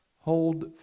Hold